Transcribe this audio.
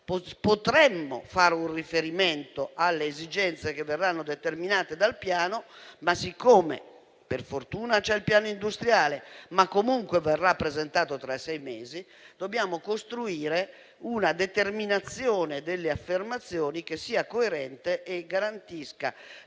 Potremmo fare un riferimento alle esigenze che verranno determinate dal piano, ma siccome tale piano verrà presentato tra sei mesi, dobbiamo costruire una determinazione delle affermazioni che sia coerente e garantisca,